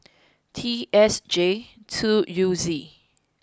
T S J two U Z